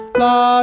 la